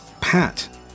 Pat